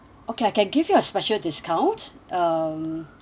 okay I can give you a special discount um